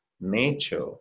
nature